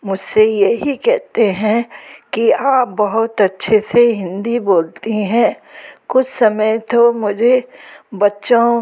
मुझ से यही कहते हैं कि आप बहुत अच्छे से हिन्दी बोलती हैं कुछ समय तो मुझे बच्चों